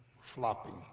flopping